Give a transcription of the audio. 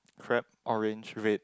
crab orange red